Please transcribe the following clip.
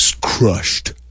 crushed